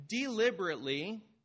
deliberately